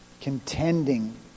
Contending